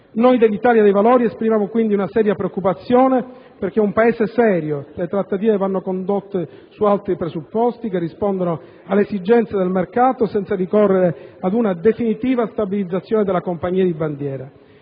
Noi dell'Italia dei Valori esprimiamo quindi una viva preoccupazione perché in un Paese serio le trattative vanno condotte su altri presupposti, che rispondano alle esigenze del mercato, senza ricorrere ad una definitiva stabilizzazione della compagnia di bandiera.